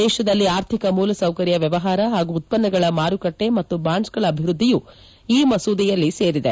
ದೇಶದಲ್ಲಿ ಆರ್ಥಿಕ ಮೂಲಸೌಕರ್ಡ ವ್ಯವಹಾರ ಹಾಗೂ ಉತ್ಪನ್ನಗಳ ಮಾರುಕಟ್ಟೆ ಮತ್ತು ಬಾಂಡ್ಸ್ ಗಳ ಅಭಿವೃದ್ದಿಯೂ ಈ ಮಸೂದೆಯಲ್ಲಿ ಸೇರಿದೆ